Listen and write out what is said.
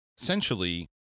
essentially